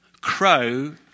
Crow